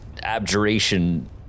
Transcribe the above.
abjuration